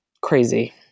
crazy